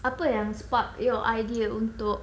apa yang spark your idea untuk